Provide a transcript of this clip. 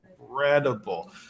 incredible